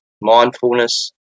mindfulness